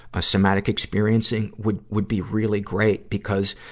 ah, somatic experiencing, would, would be really great, because,